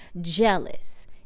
jealous